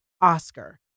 Oscar